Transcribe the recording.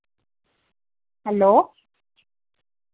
hello